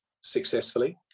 successfully